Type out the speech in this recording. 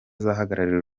azahagararira